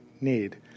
need